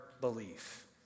belief